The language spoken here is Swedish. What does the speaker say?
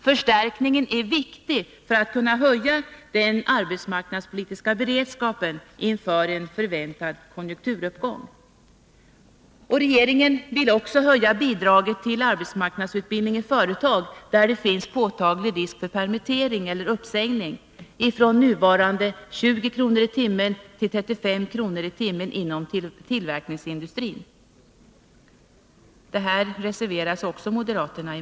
Förstärkningen är viktig även för att kunna höja den arbetsmarknadspolitiska beredskapen inför en förväntad konjunkturuppgång. : Regeringen vill också höja bidraget till arbetsmarknadsutbildning i företag inom tillverkningsindustrin där det finns påtaglig risk för permittering eller uppsägning, från nuvarande 20 kr. i timmen till 35 kr. Även på denna punkt reserverar sig moderaterna.